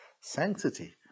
sanctity